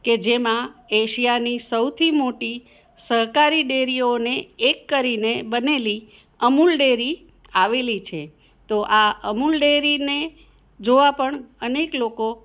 કે જેમાં એશિયાની સૌથી મોટી સહકારી ડેરીઓને એક કરીને બનેલી અમૂલ ડેરી આવેલી છે તો આ અમૂલ ડેરીને જોવા પણ અનેક લોકો